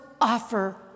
offer